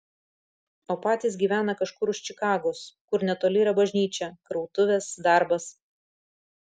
o patys gyvena kažkur už čikagos kur netoli yra bažnyčia krautuvės darbas